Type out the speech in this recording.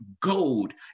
gold